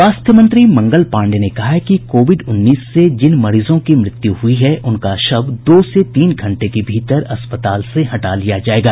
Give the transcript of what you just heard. स्वास्थ्य मंत्री मंगल पांडेय ने कहा है कि कोविड उन्नीस से जिन मरीजों की मृत्यु हुई है उनका शव दो से तीन घंटे के भीतर अस्पताल से हटा लिया जायेगा